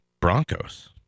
Broncos